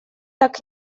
так